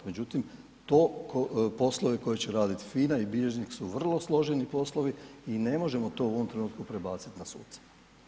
Međutim, to poslovi koje će raditi FINA i bilježnik su vrlo složeni poslovi i ne možemo to u ovom trenutku prebacit na suca.